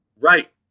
Right